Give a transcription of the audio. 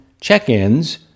check-ins